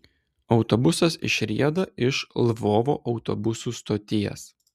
autobusas išrieda iš lvovo autobusų stoties